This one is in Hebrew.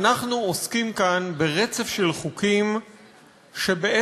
אנחנו עוסקים כאן ברצף של חוקים שבעצם